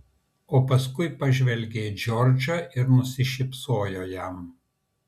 o paskui pažvelgė į džordžą ir nusišypsojo jam